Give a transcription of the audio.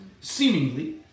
seemingly